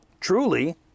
truly